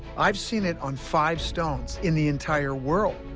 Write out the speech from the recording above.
i've seen it on five stones in the entire world,